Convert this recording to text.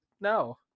no